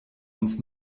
uns